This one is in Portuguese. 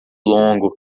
longo